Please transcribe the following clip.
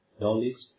knowledge